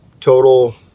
total